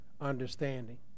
understanding